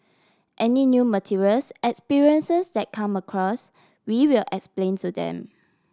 any new materials experiences that come across we will explain to them